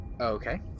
Okay